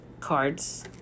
Cards